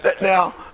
now